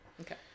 Okay